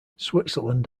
switzerland